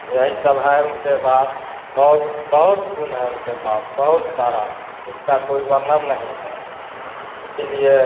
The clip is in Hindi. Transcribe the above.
यही सब है उनके पास बहुत बहुत गुण है उनके पास बहुत सारा जिसका कोई वर्णन नहीं है इसीलिए